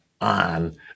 on